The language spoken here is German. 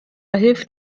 hilft